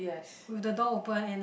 with the door open and a